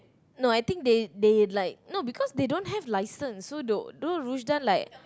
no I think they they like no because they don't have license so the then Rushdan like